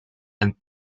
and